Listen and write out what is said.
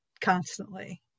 constantly